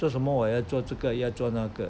做什么我要做这个要做那个